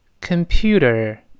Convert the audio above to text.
computer